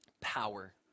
power